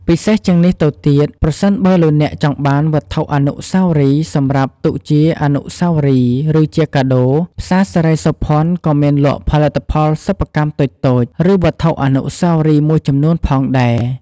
ពិសេសជាងនេះទៅទៀតប្រសិនបើលោកអ្នកចង់បានវត្ថុអនុស្សាវរីយ៍សម្រាប់ទុកជាអនុស្សាវរីយ៍ ឬជាកាដូ ផ្សារសិរីសោភ័ណក៏មានលក់ផលិតផលសិប្បកម្មតូចៗ ឬវត្ថុអនុស្សាវរីយ៍មួយចំនួនផងដែរ។